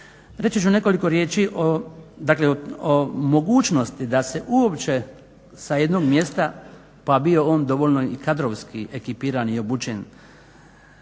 Reći ću nekoliko riječi o mogućnosti da se uopće sa jednog mjesta, pa on i dovoljno kadrovski ekipiran i obučen